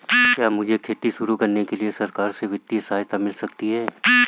क्या मुझे खेती शुरू करने के लिए सरकार से वित्तीय सहायता मिल सकती है?